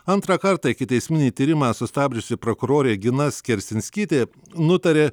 antrą kartą ikiteisminį tyrimą sustabdžiusi prokurorė gina skersinskytė nutarė